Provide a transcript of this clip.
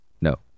No